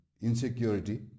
insecurity